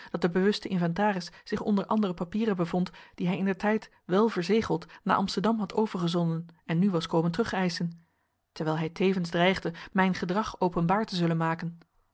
dat de bewuste inventaris zich onder andere papieren bevond die hij indertijd wel verzegeld naar amsterdam had overgezonden en nu was komen terugeischen terwijl hij tevens dreigde mijn gedrag openbaar te zullen maken